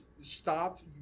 stop